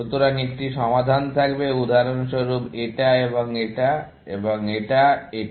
সুতরাং একটি সমাধান থাকবে উদাহরণস্বরূপ এটা এবং এটা এবং এটা এটা